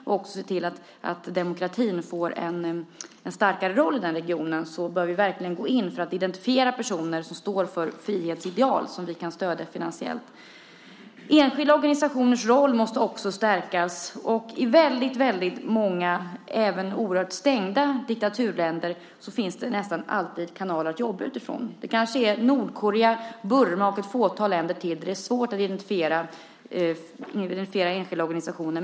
För att se till att demokratin får en starkare roll i den regionen bör vi verkligen gå in för att identifiera personer som står för frihetsideal som vi kan stödja finansiellt. Enskilda organisationers roll måste också stärkas. I många diktaturländer, även oerhört stängda sådana, finns det nästan alltid kanaler att jobba utifrån. Det kanske bara är Nordkorea, Burma och ett fåtal länder till där det är svårt att identifiera enskilda organisationer.